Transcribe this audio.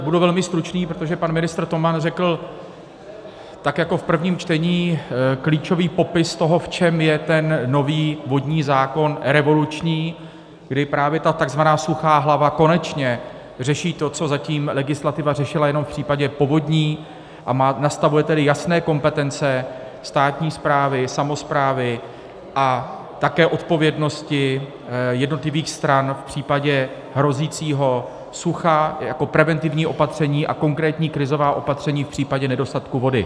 Budu velmi stručný, protože pan ministr Toman řekl, tak jako v prvním čtení, klíčový popis toho, v čem je ten nový vodní zákon revoluční, kdy právě ta tzv. suchá hlava konečně řeší to, co zatím legislativa řešila jenom v případě povodní, a nastavuje tedy jasné kompetence státní správy, samosprávy a také odpovědnosti jednotlivých stran v případě hrozícího sucha jako preventivní opatření a konkrétní krizová opatření v případě nedostatku vody.